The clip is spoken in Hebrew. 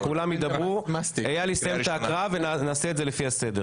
ואני רוצה שכולם ידברו.